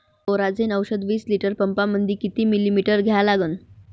Coragen औषध विस litre पंपामंदी किती मिलीमिटर घ्या लागन?